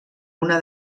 una